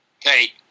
Hey